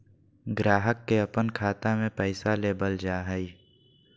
ग्राहक से अपन खाता में पैसा लेबल जा हइ